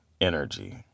energy